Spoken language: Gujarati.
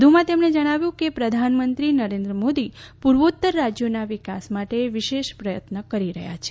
વધુમાં તેમણે જણાવ્યું કે પ્રધાનમંત્રી નરેન્દ્ર મોદી પૂર્વોત્તર રાજ્યોનાં વિકાસ માટે વિશેષ પ્રયત્નો કરી રહ્યા છે